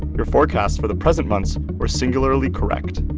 your forecasts for the present months were singularly correct.